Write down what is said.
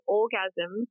orgasm